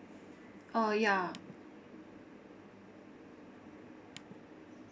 uh ya